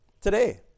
today